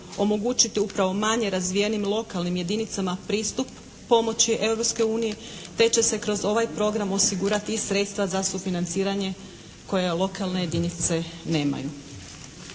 omogućiti upravo manje razvijenim lokalnim jedinicama pristup pomoć Europskoj uniji te će se kroz ovaj program osigurati i sredstva za financiranje koje lokalne jedinice nemaju.